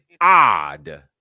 odd